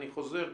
אני חוזר,